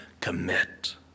commit